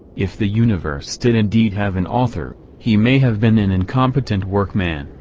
if the universe did indeed have an author, he may have been an incompetent workman,